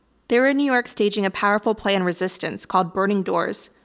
they were in new york staging a powerful play on resistance called burning doors,